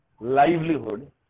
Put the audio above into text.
livelihood